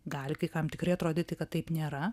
gali kai kam tikrai atrodyti kad taip nėra